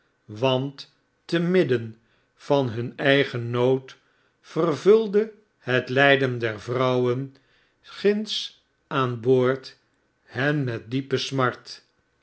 want te midden van hun eigen nood vervulde het lyden der vrouwen ginds aan boord hen met diepe smart